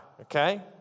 okay